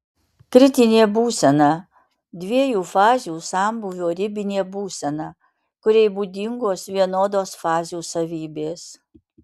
kritinė būsena dviejų fazių sambūvio ribinė būsena kuriai būdingos vienodos fazių savybės